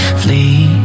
flee